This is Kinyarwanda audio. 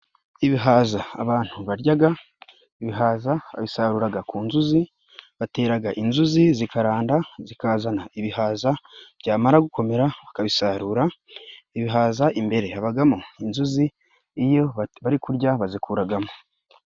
Ibihaza abantu baryaga, ibihaza babisaruraga ku nzuzi, bateraga inzuzi zikaranda zikazana ibihaza, byamara gukomera bakabisarura, ibihaza imbere habagamo inzuzi, iyo bari kurya bazikuragamo.